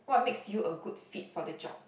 what makes you a good fit for the job